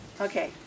Okay